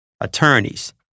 attorneys